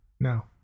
No